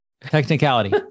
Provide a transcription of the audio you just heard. Technicality